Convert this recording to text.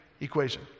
equation